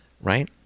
right